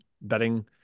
betting